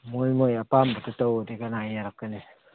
ꯃꯣꯏ ꯃꯣꯏ ꯑꯄꯥꯝꯕꯇ ꯇꯧ ꯍꯥꯏꯗꯤ ꯀꯅꯥ ꯌꯥꯔꯛꯀꯅꯤ